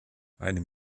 einem